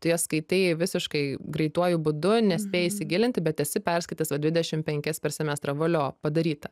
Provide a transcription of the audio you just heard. tu jas skaitai visiškai greituoju būdu nespėji įsigilinti bet esi perskaitęs o dvidešim penkias per semestrą valio padaryta